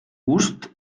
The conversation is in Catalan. gust